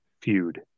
feud